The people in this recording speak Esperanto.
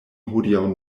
hodiaŭ